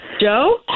Joe